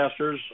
broadcasters